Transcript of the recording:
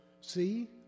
See